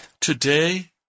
today